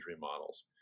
models